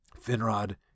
Finrod